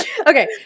Okay